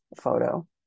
photo